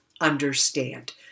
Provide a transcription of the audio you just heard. understand